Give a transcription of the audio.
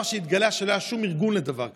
והתגלה שלא היה שום ארגון לדבר כזה.